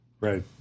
Right